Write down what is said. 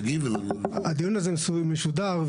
הדיון הזה משודר.